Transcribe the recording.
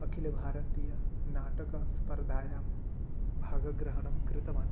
अखिलभारतीयनाटकस्पर्धायां भागग्रहणं कृतवान्